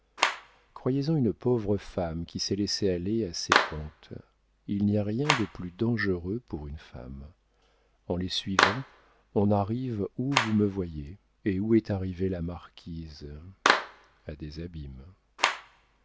croyez-en une pauvre femme qui s'est laissée aller à ces pentes il n'y a rien de plus dangereux pour une femme en les suivant on arrive où vous me voyez et où est arrivée la marquise à des abîmes